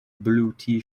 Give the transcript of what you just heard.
blue